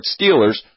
Steelers